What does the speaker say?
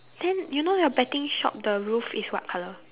then you know your betting shop the roof is what colour